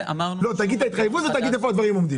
לא, תגיד את ההתחייבות ותגיד איפה הדברים עומדים.